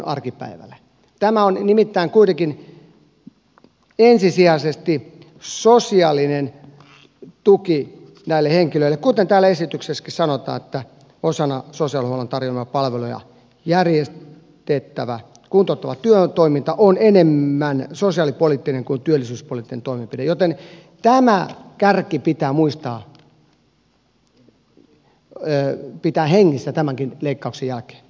nimittäin tämä on kuitenkin ensisijaisesti sosiaalinen tuki näille henkilöille kuten täällä esityksessäkin sanotaan että osana sosiaalihuollon tarjoamia palveluja järjestettävä kuntouttava työtoiminta on enemmän sosiaalipoliittinen kuin työllisyyspoliittinen toimenpide joten tämä kärki pitää muistaa pitää hengissä tämänkin leikkauksen jälkeen